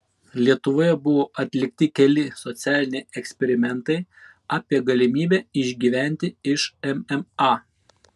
lietuvoje buvo atlikti keli socialiniai eksperimentai apie galimybę išgyventi iš mma